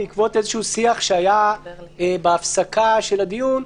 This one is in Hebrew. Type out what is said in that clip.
בעקבות איזשהו שיח שהיה בהפסקה של הדיון,